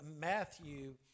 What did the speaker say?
Matthew